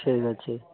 ଠିକ୍ ଅଛି